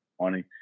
money